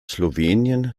slowenien